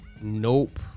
Nope